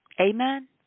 Amen